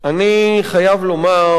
אני חייב לומר,